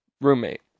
roommate